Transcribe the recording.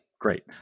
great